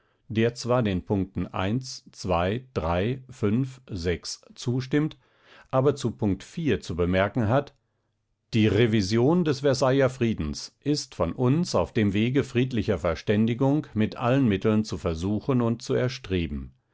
der zwar den punkten zustimmt aber zu punkt zu bemerken hat die revision des versailler friedens ist von uns auf dem wege friedlicher verständigung mit allen mitteln zu versuchen und zu erstreben